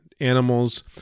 animals